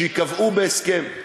שייקבעו בהסכם.